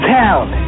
town